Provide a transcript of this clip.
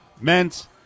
meant